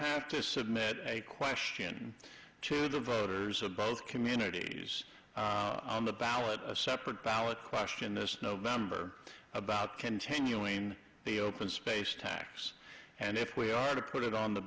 have to submit a question to the voters of both communities on the ballot a separate ballot question this november about continuing the open space tax and if we are to put it on the